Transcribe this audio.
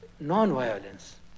non-violence